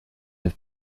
have